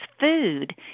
food